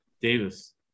Davis